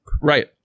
Right